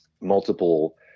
multiple